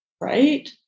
Right